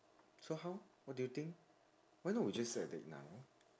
so how what do you think why not we just set a date now